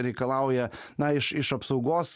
reikalauja na iš iš apsaugos